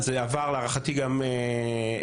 זה עבר להערכתי גם אליך,